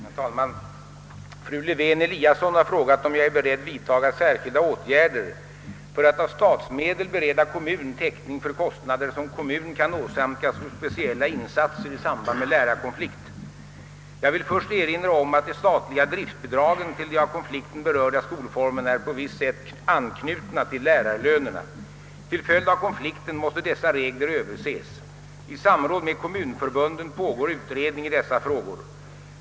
Herr talman! Fru Lewén-Eliasson har frågat, om jag är beredd vidtaga särskilda åtgärder för att av statsmedel bereda kommun täckning för kostnader som kommun kan åsamkas för speciella insatser i samband med lärarkonflikt. Jag vill först erinra om att de statliga driftbidragen till de av konflikten berörda skolformerna är på visst sätt anknutna till lärarlönerna. Till följd av konflikten måste dessa regler överses. I samråd med kommunförbunden pågår utredning i dessa frågor.